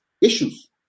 issues